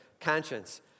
Conscience